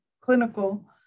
clinical